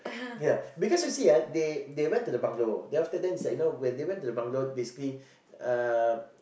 yeah because you see ah they they went to the bungalow then after is like you know when they went to the bungalow basically uh